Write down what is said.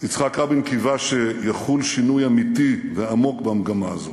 יצחק רבין קיווה שיחול שינוי אמיתי ועמוק במגמה הזו,